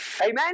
Amen